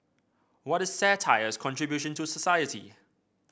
what is satire's contribution to society